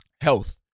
Health